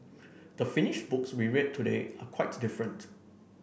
the finished books we read today are quite different